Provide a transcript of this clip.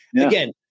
again